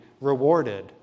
rewarded